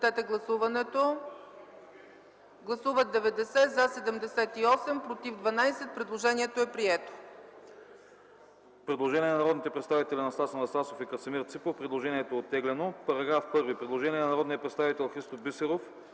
което е оттеглено. Параграф 1. Има предложение от народния представител Христо Бисеров